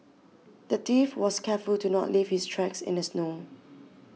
the thief was careful to not leave his tracks in the snow